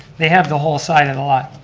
they have the whole side of the lot.